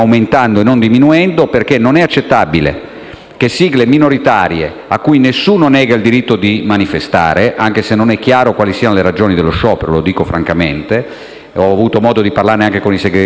di sigle minoritarie, a cui nessuno nega il diritto di manifestare, anche se non è chiaro quali siano le ragioni dello sciopero, perché francamente ho avuto modo di parlare con i sindacati confederali e nessuno capisce qual è